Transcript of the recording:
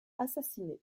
assassiné